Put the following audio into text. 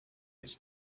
its